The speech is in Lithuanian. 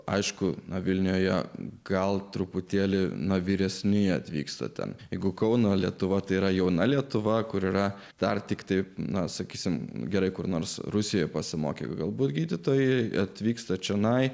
aišku nuo vilniuje gal truputėlį nuo vyresnieji atvyksta ten jeigu kauno lietuva tai yra jauna lietuva kur yra dar tiktai na sakysime gerai kur nors rusijoje pasimokę galbūt gydytojai atvyksta čionai